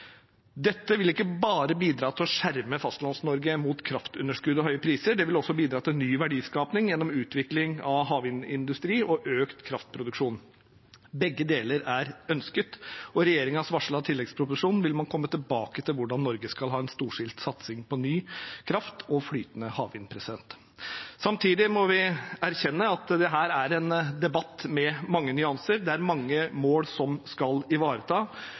Dette vil ikke bare bidra til å skjerme Fastlands-Norge mot kraftunderskudd og høye priser. Det vil også bidra til ny verdiskaping gjennom utvikling av havvindindustri og økt kraftproduksjon – begge deler er ønsket. I regjeringens varslede tilleggsproposisjon vil man komme tilbake til hvordan Norge skal ha en storstilt satsing på ny kraft og flytende havvind. Samtidig må vi erkjenne at dette er en debatt med mange nyanser. Det er mange mål som skal